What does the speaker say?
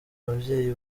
ababyeyi